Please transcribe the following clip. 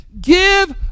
Give